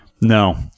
No